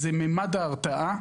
נוגעת לממד ההרתעה,